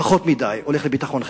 פחות מדי הולך לביטחון חברתי.